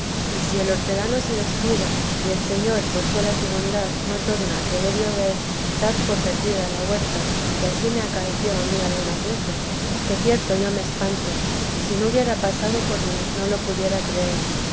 y si el hortelano se descuida y el señor por sola su bondad no torna a querer llover dad por perdida la huerta que ansí me acaeció a mí algunas veces que cierto yo me espanto y si no hubiera pasado por mí no lo pudiera creer